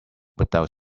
without